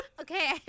Okay